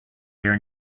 here